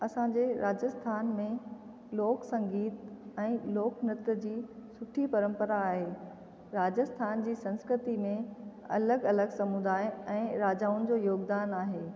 असांजे राजस्थान में लोक संगीत ऐं लोक नृत्य जी सुठी परंपरा आहे राजस्थान जी संस्कृति में अलॻि अलॻि समुदाय ऐं राजाउनि जो योगदानु आहे